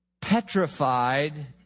petrified